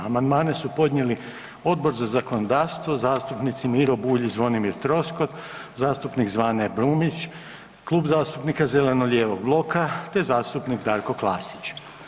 Amandmane su podnijeli Odbor za zakonodavstvo, zastupnici Miro Bulj i Zvonimir Troskot, zastupnik Zvane Brumnić, Klub zastupnika zeleno-lijevog bloka te zastupnik Darko Klasić.